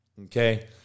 Okay